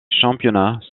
championnats